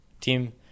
team